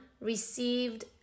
received